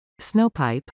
Snowpipe